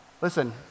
listen